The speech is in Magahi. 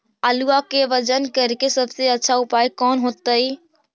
आलुआ के वजन करेके सबसे अच्छा उपाय कौन होतई?